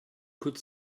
could